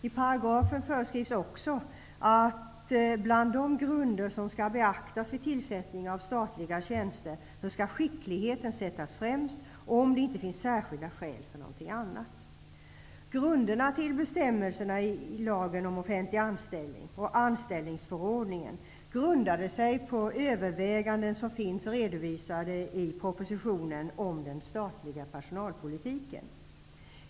I paragrafen föreskrivs också att bland de grunder som skall beaktas vid tillsättning av statliga tjänster skall skickligheten sättas främst, om det inte finns särskilda skäl för något annat. Grunderna till bestämmelserna i lagen om offentlig anställning och anställningsförordningen finns i de överväganden som är redovisade i propositionen om den statliga personalpolitiken.